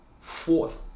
fourth